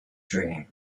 dream